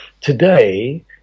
Today